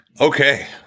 Okay